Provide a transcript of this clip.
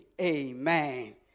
Amen